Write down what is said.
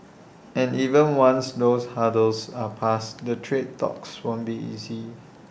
and even once those hurdles are passed the trade talks won't be easy